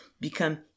become